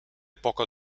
poco